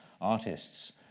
artists